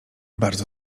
bardzo